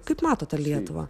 kaip matote lietuvą